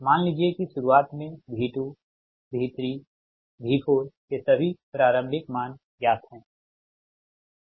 मान लीजिए कि शुरुआत में V2 V3 V4 के सभी प्रारंभिक मान ज्ञात हैं